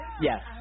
Yes